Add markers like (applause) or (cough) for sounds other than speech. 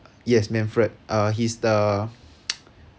yes manfred uh he's the (noise)